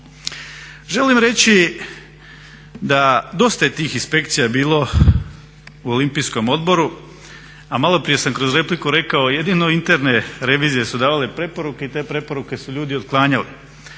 Želim reći da dosta je tih inspekcija bilo u olimpijskom odboru, a maloprije sam kroz repliku rekao jedino interne revizije su davale preporuke i te preporuke su ljudi otklanjali.